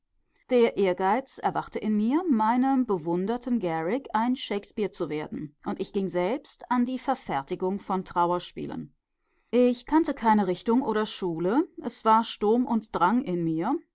der ehrgeiz erwachte in mir meinem bewunderten garrick ein shakespeare zu werden und ich ging selbst an die verfertigung von trauerspielen ich kannte keine richtung oder schule es war sturm und drang in mir